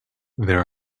there